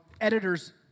editors